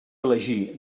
elegir